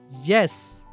Yes